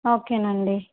okay అండి